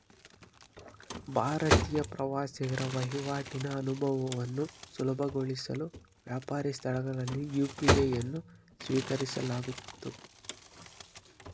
ಭಾರತೀಯ ಪ್ರವಾಸಿಗರ ವಹಿವಾಟಿನ ಅನುಭವವನ್ನು ಸುಲಭಗೊಳಿಸಲು ವ್ಯಾಪಾರಿ ಸ್ಥಳಗಳಲ್ಲಿ ಯು.ಪಿ.ಐ ಅನ್ನು ಸ್ವೀಕರಿಸಲಾಗುತ್ತಿತ್ತು